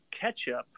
ketchup